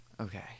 Okay